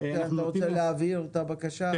אתה רוצה להבהיר את הבקשה?